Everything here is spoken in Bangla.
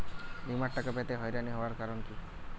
বিমার টাকা পেতে হয়রানি হওয়ার কারণ কি?